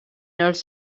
els